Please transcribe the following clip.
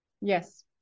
Yes